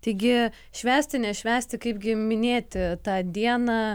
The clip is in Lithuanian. taigi švęsti nešvęsti kaipgi minėti tą dieną